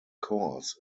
course